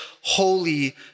holy